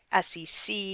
SEC